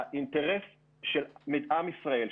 האינטרס של עם ישראל,